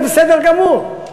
זה בסדר גמור.